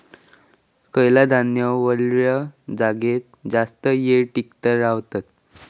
खयला धान्य वल्या जागेत जास्त येळ टिकान रवतला?